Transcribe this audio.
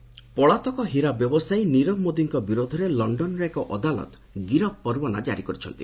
ନିରବ ମୋଦି ପଳାତକ ହୀରା ବ୍ୟବସାୟୀ ନୀରବ ମୋଦିଙ୍କ ବିରୋଧରେ ଲଣ୍ଡନର ଏକ ଅଦାଲତ ଗିରଫ ପରୱାନା କାରି କରିଛନ୍ତି